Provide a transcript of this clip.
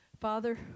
Father